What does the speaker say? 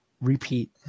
repeat